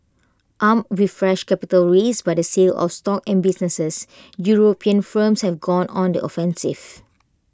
armed with fresh capital raised by the sale of stock and businesses european firms have gone on the offensive